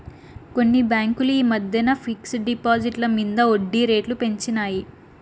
కొన్ని బాంకులు ఈ మద్దెన ఫిక్స్ డ్ డిపాజిట్ల మింద ఒడ్జీ రేట్లు పెంచినాయి